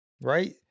right